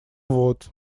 вот